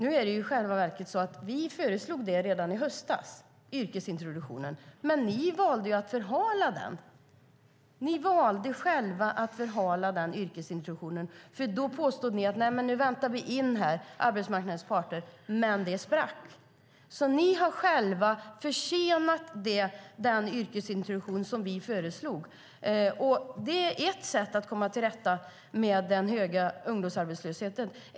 I själva verket föreslog vi en yrkesintroduktion redan i höstas. Men ni valde själva att förhala den, för ni påstod att ni skulle vänta in arbetsmarknadens parter. Men det sprack. Ni har alltså själva försenat den yrkesintroduktion som vi föreslog. Yrkesintroduktion är ett sätt att komma till rätta med den höga ungdomsarbetslösheten.